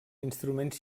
instruments